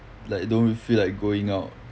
like don't really feel like going out